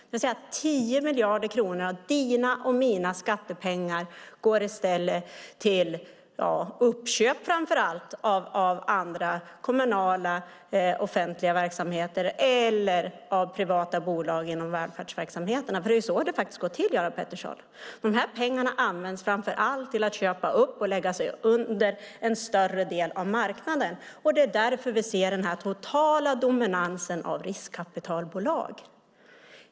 Det är alltså 10 miljarder kronor av dina och mina skattepengar som går till uppköp av andra kommunala offentliga verksamheter eller av privata bolag inom välfärdsverksamheten. Det är så det går till, Göran Pettersson. Pengarna används framför allt till att köpa upp och lägga under sig en större del av marknaden. Det är därför vi ser den här totala dominansen av riskkapitalbolag.